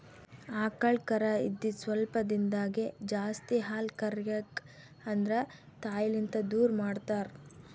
ಆಕಳ್ ಕರಾ ಇದ್ದಿದ್ ಸ್ವಲ್ಪ್ ದಿಂದಾಗೇ ಜಾಸ್ತಿ ಹಾಲ್ ಕರ್ಯಕ್ ಆದ್ರ ತಾಯಿಲಿಂತ್ ದೂರ್ ಮಾಡ್ತಾರ್